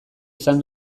izan